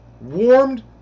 warmed